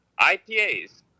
IPAs